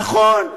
נכון.